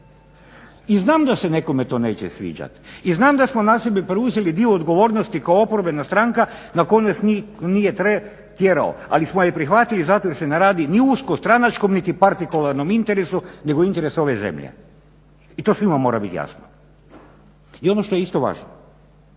I znam da se nekome to neće sviđat i znam da smo na sebe preuzeli dio odgovornosti kao oporbena stranka, nitko nas nije tjerao ali smo je prihvatili zato jer se ne radi ni o uskostranačkom niti partikularnom interesu nego interesu ove zemlje i to svima mora biti jasno. I ono što je isto važno,